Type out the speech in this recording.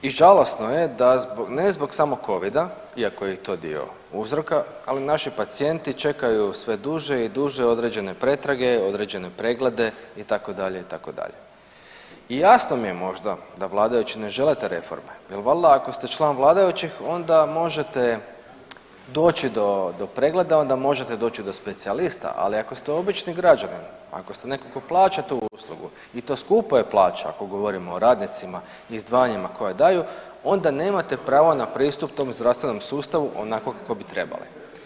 I žalosno je da ne zbog samog Covida iako je i to dio uzroka, ali naši pacijenti čekaju sve duže i duže određene pretrage, određene preglede, itd., itd. i jasno mi je možda da vladajući ne žele te reforme jer valda ako ste član vladajućih, onda možete doći do pregleda, onda možete doći do specijalista, ali ako ste obični građanin, ako ste netko tko plaća tu uslugu i to skupo je plaća ako govorimo o radnicima i izdvajanjima koja daju, onda nemate pravo na pristup tom zdravstvenom sustavu onako kako bi trebali.